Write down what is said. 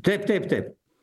taip taip taip